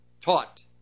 taught